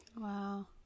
Wow